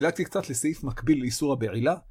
הגעתי קצת לסעיף מקביל לאיסור הבעילה